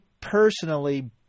personally